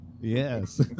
yes